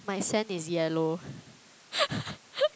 my sand is yellow